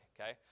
okay